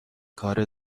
کار